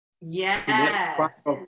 Yes